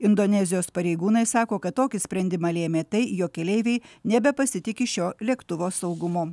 indonezijos pareigūnai sako kad tokį sprendimą lėmė tai jog keleiviai nebepasitiki šio lėktuvo saugumu